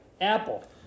Apple